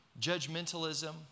judgmentalism